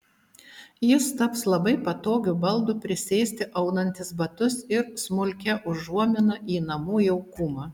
jis taps labai patogiu baldu prisėsti aunantis batus ir smulkia užuomina į namų jaukumą